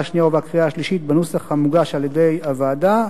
השנייה ובקריאה השלישית בנוסח המוגש על-ידי הוועדה,